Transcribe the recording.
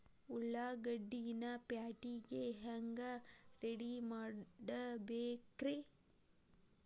ಉಳ್ಳಾಗಡ್ಡಿನ ಪ್ಯಾಟಿಗೆ ಹ್ಯಾಂಗ ರೆಡಿಮಾಡಬೇಕ್ರೇ?